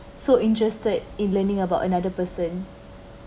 so interested in learning about another person